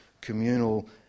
communal